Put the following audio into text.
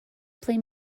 play